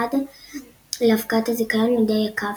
עד להפקעת הזיכיון מידי הקו-אופ.